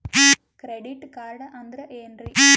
Credit card ಅಂದ್ರ ಏನ್ರೀ?